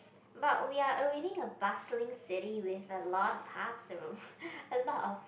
but we are already a bustling city with a lot of hubs and with a lot of